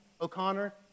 O'Connor